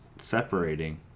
separating